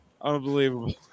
Unbelievable